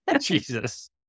Jesus